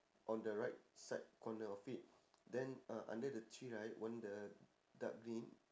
on the right side corner of it then uh under the tree right one the dark green